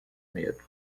medo